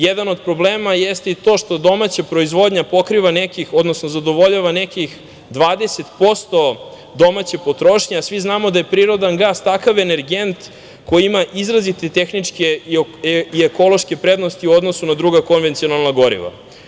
Jedan od problema jeste to što domaća proizvodnja pokriva nekih, odnosno zadovoljava nekih 20% domaće potrošnje, a svi znamo da je prirodan gas takav energent koji ima izrazite tehničke i ekološke prednosti u odnosu na druga konvencionalna goriva.